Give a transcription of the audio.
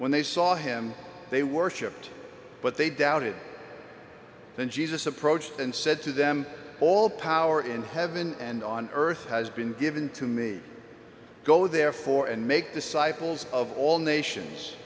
when they saw him they worshiped but they doubted then jesus approached and said to them all power in heaven and on earth has been given to me go therefore and make disciples of all nations